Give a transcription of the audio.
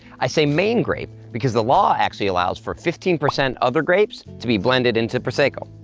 i say main grape because the law actually allows for fifteen percent other grapes to be blended into prosecco.